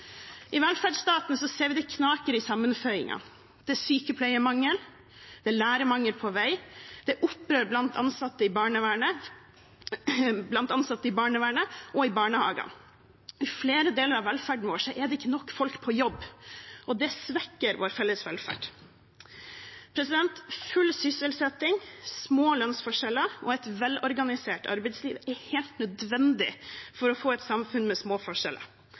I velferdsstaten ser vi at det knaker i sammenføyingene. Det er sykepleiermangel, det er lærermangel på vei, det er opprør blant ansatte i barnevernet og i barnehagene. I flere deler av velferden vår er det ikke nok folk på jobb, og det svekker vår felles velferd. Full sysselsetting, små lønnsforskjeller og et velorganisert arbeidsliv er helt nødvendig for å få et samfunn med små forskjeller.